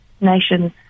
Nations